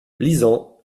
lisant